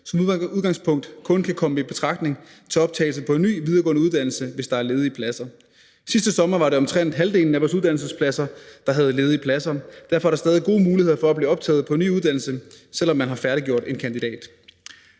som udgangspunkt kun kan komme i betragtning til optagelse på en ny videregående uddannelse, hvis der er ledige pladser. Sidste sommer var det omtrent halvdelen af vores uddannelser, der havde ledige pladser, og derfor er der stadig gode muligheder for at blive optaget på en ny uddannelse, selv om man har færdiggjort en